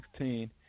2016